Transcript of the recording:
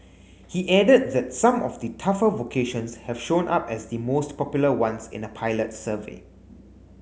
he added that some of the tougher vocations have shown up as the most popular ones in a pilot survey